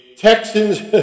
Texans